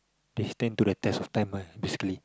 they stand to the test of time one basically